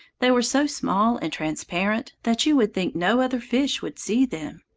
they were so small and transparent that you would think no other fish would see them.